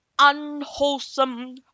unwholesome